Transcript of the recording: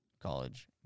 college